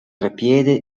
treppiede